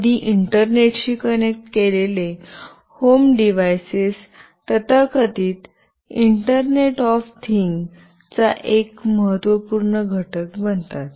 कधी इंटरनेटशी कनेक्ट केलेले होम डिव्हाइसेस तथाकथित इंटरनेट ऑफ थिंग चा एक महत्त्वपूर्ण घटक बनतात